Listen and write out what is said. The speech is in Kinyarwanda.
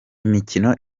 imikino